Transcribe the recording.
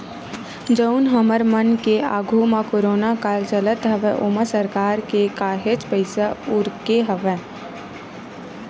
जउन हमर मन के आघू म कोरोना काल चलत हवय ओमा सरकार के काहेच पइसा उरके हवय